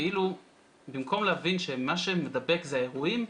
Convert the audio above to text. כאילו במקום להבין שמה שמדבק זה האירועים,